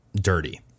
dirty